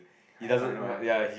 I know I know I know